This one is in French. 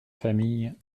familles